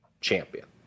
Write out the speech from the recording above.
champion